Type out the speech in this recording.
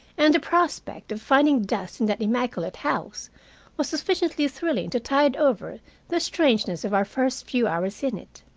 and the prospect of finding dust in that immaculate house was sufficiently thrilling to tide over the strangeness of our first few hours in it.